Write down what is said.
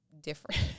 different